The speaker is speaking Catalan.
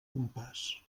compàs